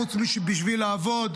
חוץ מאשר בשביל לעבוד